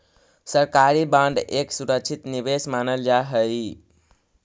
सरकारी बांड एक सुरक्षित निवेश मानल जा हई